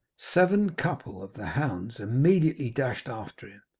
seven couple of the hounds immediately dashed after him,